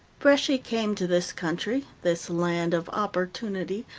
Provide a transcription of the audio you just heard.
bresci came to this country, this land of opportunity,